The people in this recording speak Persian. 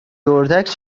اردک